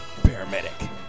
Paramedic